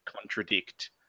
contradict